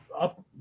up